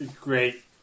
Great